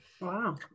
Wow